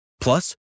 Plus